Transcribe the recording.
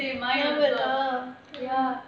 same same mine also ya